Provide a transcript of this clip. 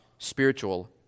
Spiritual